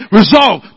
resolve